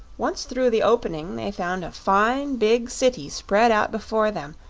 once through the opening they found a fine, big city spread out before them,